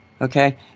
Okay